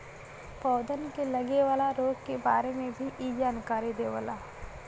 पौधन के लगे वाला रोग के बारे में भी इ जानकारी देवला